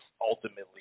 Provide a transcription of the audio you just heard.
ultimately